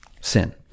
sin